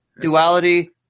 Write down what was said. Duality